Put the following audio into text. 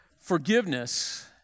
Forgiveness